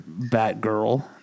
Batgirl